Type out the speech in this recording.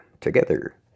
Together